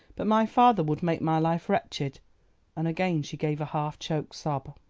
but my father would make my life wretched and again she gave a half-choked sob.